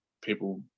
people